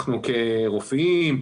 אנחנו כרופאים,